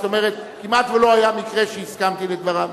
זאת אומרת כמעט לא היה מקרה שהסכמתי לדבריו,